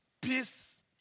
peace